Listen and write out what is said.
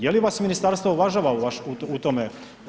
Je li vas ministarstvo uvažava u tome?